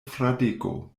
fradeko